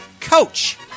Coach